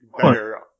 better –